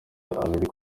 abiri